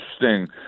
interesting